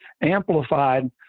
amplified